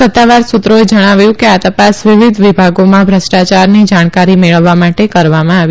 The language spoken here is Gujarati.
સત્તાવાર સુત્રોએ જણાવ્યું કે આ ત ાસ વિવિધ વિભાગોમાં ભુષ્ટાચારની જાણકારી મેળવવા માટે કરાવામાં આવી